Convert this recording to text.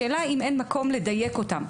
השאלה אם אין מקום לדייק אותן.